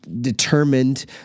determined